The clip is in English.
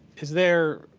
is there,